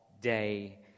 day